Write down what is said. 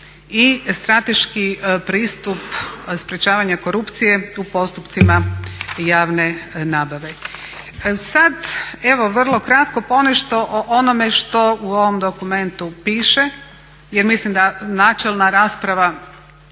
I strateški pristup sprečavanja korupcije u postupcima javne nabave. Sad evo vrlo kratko ponešto o onome što u ovom dokumentu piše jer mislim da načelna rasprava